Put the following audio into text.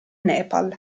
nepal